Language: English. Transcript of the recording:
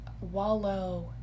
wallow